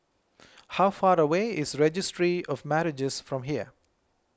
how far away is Registry of Marriages from here